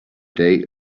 day